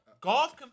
Golf